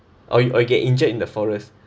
or you or you get injured in the forest